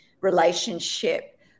relationship